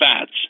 fats